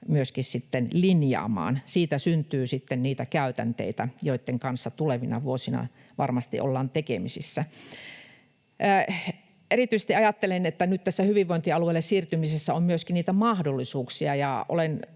ruvetaan sitten linjaamaan. Siitä syntyy sitten niitä käytänteitä, joitten kanssa tulevina vuosina varmasti ollaan tekemisissä. Erityisesti ajattelen, että tässä hyvinvointialueelle siirtymisessä on nyt myöskin mahdollisuuksia, ja olen